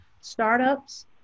startups